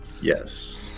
Yes